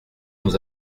nous